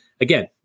again